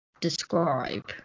describe